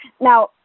Now